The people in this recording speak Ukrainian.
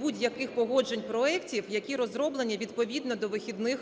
будь-яких погоджень проектів, які розроблені відповідно до вихідних